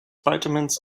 vitamins